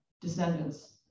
descendants